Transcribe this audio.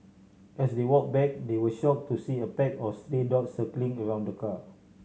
as they walk back they were shock to see a pack of stray dogs circling around the car